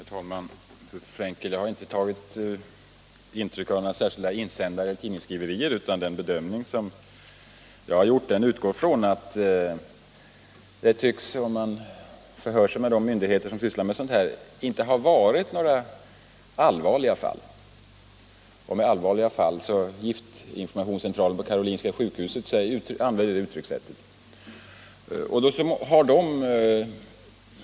Herr talman! Jag vill försäkra fru Frenkel att jag inte har tagit intryck av några särskilda tidningsskriverier. Den bedömning som jag har gjort utgår från att det enligt de myndigheter som sysslar med dessa frågor inte tycks ha förekommit några allvarliga förgiftningsfall. Giftinformationscentralen vid Karolinska sjukhuset använder uttryckssättet ”allvarliga fall”.